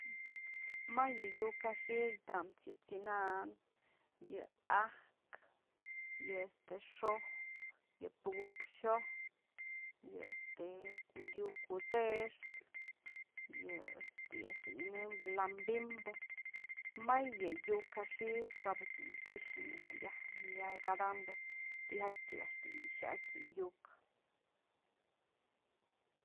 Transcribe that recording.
May yë yuk ja xi'i tamës yë t'sinan, ajkë, yë este xo'oj, yë puku'uk xyoj, yë este yuk kut'sëxkë, yë este, yë a'ax dun nyënëmbyë lambimbo, may yë yuk ja xi'i, kapës dun këxë nya yëj jadambë tijatyë a'ax dun xa'atyë yë yu'uk.